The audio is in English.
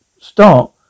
start